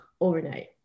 overnight